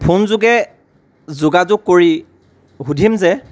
phone যোগে যোগাযোগ কৰি সুধিম যে